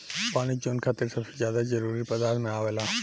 पानी जीवन खातिर सबसे ज्यादा जरूरी पदार्थ में आवेला